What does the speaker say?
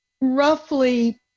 roughly